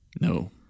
No